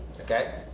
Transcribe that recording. Okay